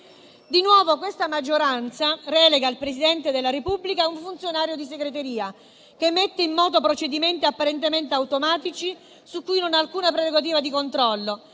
Di nuovo, questa maggioranza relega il Presidente della Repubblica al ruolo di funzionario di segreteria, che mette in moto procedimenti apparentemente automatici su cui non ha alcuna prerogativa di controllo.